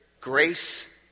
grace